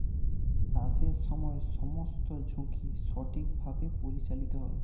চাষের সময় সমস্ত ঝুঁকি সঠিকভাবে পরিচালিত হয়